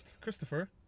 Christopher